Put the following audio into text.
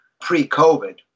pre-COVID